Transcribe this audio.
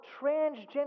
transgender